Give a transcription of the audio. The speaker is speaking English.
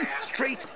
Straight